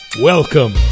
Welcome